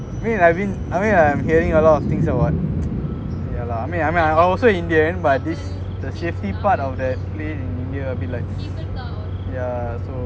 I mean I mean I mean I'm hearing a lot of things like what like I'm also indian but this the safety part of the train in india is yeah so